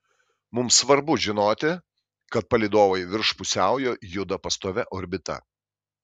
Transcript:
mums svarbu žinoti kad palydovai virš pusiaujo juda pastovia orbita